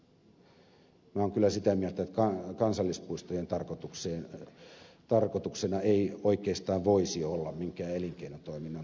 minä olen kyllä sitä mieltä että kansallispuistojen tarkoituksena ei oikeastaan voisi olla minkään elinkeinotoiminnan tukeminen